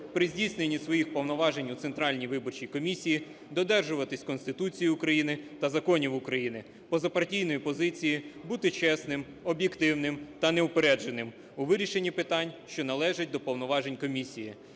при здійсненні своїх повноважень у Центральній виборчій комісії додержуватись Конституції України та законів України, позапартійної позиції, бути чесним, об'єктивним та неупередженим у вирішенні питань, що належать до повноважень Комісії,